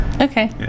Okay